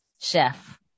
chef